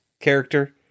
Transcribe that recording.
character